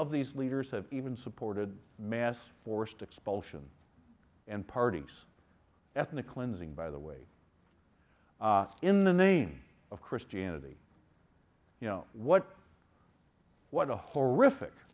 of these leaders have even supported mass forced expulsion and parties ethnic cleansing by the way in the name of christianity you know what what a horrific